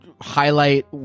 highlight